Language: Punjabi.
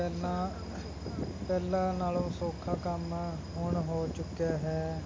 ਪਹਿਲਾਂ ਨਾਲੋਂ ਸੌਖਾ ਕੰਮ ਹੁਣ ਹੋ ਚੁੱਕਿਆ ਹੈ